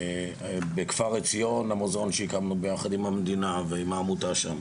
בכפר עציון המוזיאון שהקמנו ביחד עם המדינה ועם העמותה.